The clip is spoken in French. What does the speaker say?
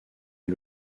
est